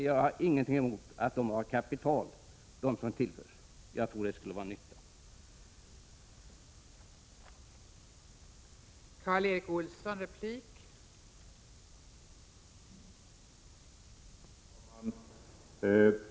Jag har ingenting emot att de människorna har kapital. Jag tror att det skulle vara till nytta.